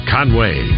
Conway